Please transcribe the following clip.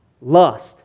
lust